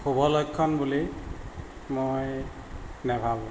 শুভলক্ষণ বুলি মই নেভাবোঁ